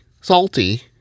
Salty